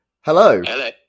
Hello